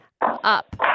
up